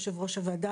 יושבת ראש הוועדה,